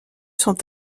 sont